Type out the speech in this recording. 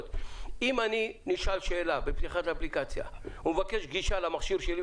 אם הוא נשאל שאלה בפתיחת האפליקציה ומבקשים גישה למכשיר שלו,